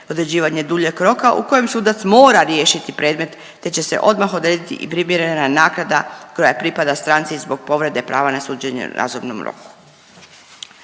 određivanje duljeg roka u kojem sudac mora riješiti predmet te će se odmah odrediti i primjerena naknada koja pripada stranci zbog povrede prava na suđenje u razumom roku.